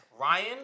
Ryan